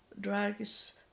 drugs